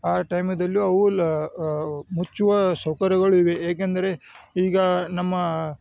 ಆ ಟೈಮದಲ್ಲು ಅವು ಲ ಮುಚ್ಚುವ ಸೌಕರ್ಯಗಳು ಇವೆ ಏಕೆಂದರೆ ಈಗ ನಮ್ಮ